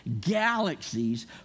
galaxies